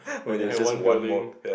when they had one building